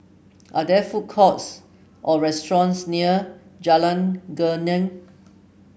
are there food courts or restaurants near Jalan Geneng